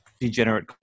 degenerate